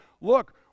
look